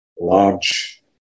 large